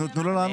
תנו לו לענות.